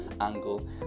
angle